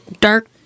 dark